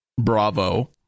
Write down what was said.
Bravo